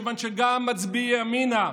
כיוון שגם מצביעי ימינה,